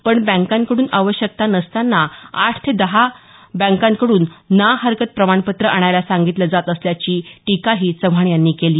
पण बँकांकडून आवश्यता नसताना आठ ते दहा बँकांकडून नाहरकत प्रणापत्र आणायला सांगितलं जात असल्याची चव्हाण यांनी टीका केली